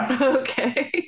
Okay